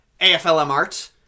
AFLMArt